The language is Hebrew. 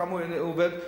כמה הוא עבד.